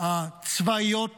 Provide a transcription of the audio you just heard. הצבאיות